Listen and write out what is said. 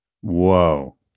Whoa